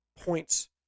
points